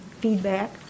feedback